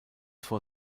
vor